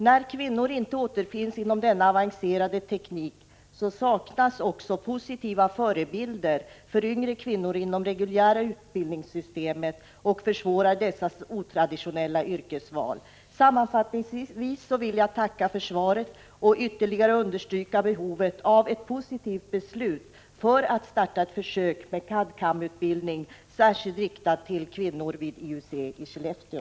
När kvinnor inte återfinns inom denna avancerade teknik saknas också positiva förebilder för yngre kvinnor inom det reguljära utbildningssystemet, och det försvårar dessas otraditionella yrkesval. Sammanfattningsvis vill jag tacka för svaret och understryka behovet av ett positivt beslut när det gäller att starta ett försök med CAD/CAM-utbildning särskilt riktad till kvinnor vid TUC i Skellefteå.